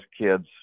kids